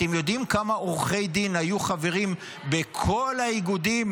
אתם יודעים כמה עורכי דין היו חברים בכול האיגודים